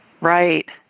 Right